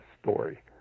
story